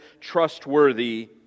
trustworthy